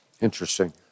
Interesting